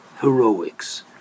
heroics